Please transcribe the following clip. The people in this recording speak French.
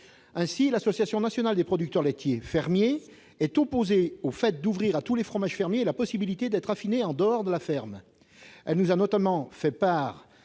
Ainsi, l'Association nationale des producteurs laitiers fermiers est opposée au fait d'ouvrir à tous les fromages fermiers la possibilité d'être affinés en dehors de la ferme. Elle nous a notamment fait part